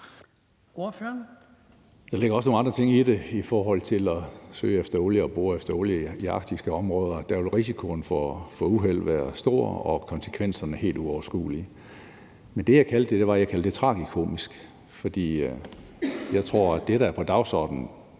Der ligger også nogle andre ting i det i forhold til at søge efter olie og bore efter olie i arktiske områder. Der vil risikoen for uheld være stor og konsekvenserne helt uoverskuelige. Men det, jeg kaldte det, var »tragikomisk», for jeg tror, at det, der er på dagsordenen